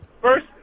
First